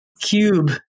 Cube